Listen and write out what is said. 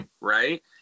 Right